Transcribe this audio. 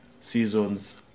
season's